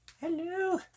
Hello